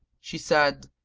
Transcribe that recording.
she said,